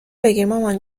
بگیرمامان